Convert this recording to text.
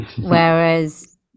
whereas